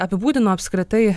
apibūdino apskritai